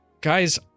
Guys